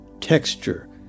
texture